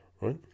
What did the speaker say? right